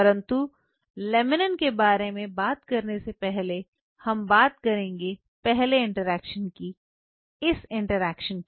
परंतु लेमिनिन के बारे में बात करने से पहले हम बात करेंगे पहले इंटरेक्शन की इस इंटरेक्शन की